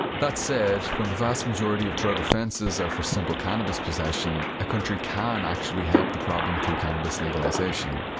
that said, when the vast majority of drug offences are for simple cannabis possession, a country can actually help the problem through cannabis legalization.